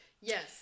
Yes